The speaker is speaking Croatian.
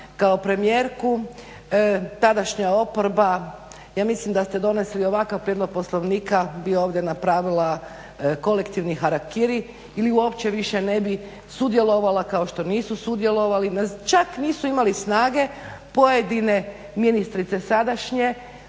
kao premijerka. Tadašnja oporba ja mislim da ste donijeli ovakav prijedlog Poslovnika bi ovdje napravila kolektivni harakiri ili uopće više ne bi sudjelovala kao što nisu sudjelovali, čak nisu imali snage pojedine ministrice sadašnje